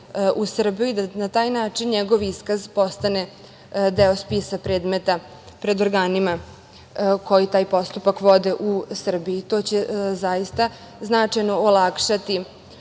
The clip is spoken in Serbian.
u Srbiju i da na taj način njegov iskaz postane deo spisa predmeta pred organima koji taj postupak vode u Srbiji i to će zaista značajno olakšati